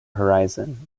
horizon